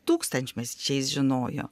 tūkstantmečiais žinojo